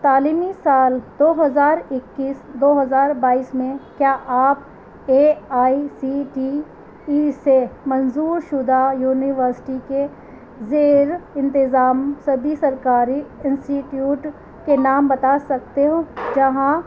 تعلیمی سال دو ہزار اکیس دو ہزار بائیس میں کیا آپ A I C T E سے منظور شدہ یونیورسٹی کے زیر انتظام سبھی سرکاری انسیٹیوٹ کے نام بتا سکتے ہو جہاں